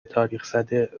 تاریخزده